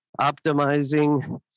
optimizing